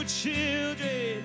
children